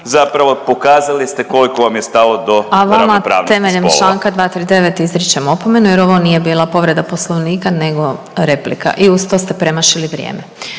zapravo pokazali ste koliko vam je stalo do ravnopravnosti spolova. **Glasovac, Sabina (SDP)** A vama temeljem čl. 239. izričem opomenu jer ovo nije bila povreda Poslovnika nego replika i uz to ste premašili vrijeme.